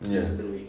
ya